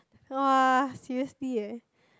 [wah] seriously eh